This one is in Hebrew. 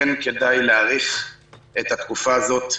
כן כדאי להאריך את התקופה הזאת,